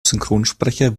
synchronsprecher